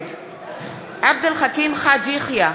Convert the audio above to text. נגד עבד אל חכים חאג' יחיא,